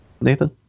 nathan